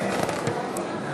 תיערכו,